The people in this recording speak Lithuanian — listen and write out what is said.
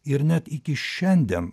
ir net iki šiandien